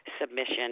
submission